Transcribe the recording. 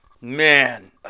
Man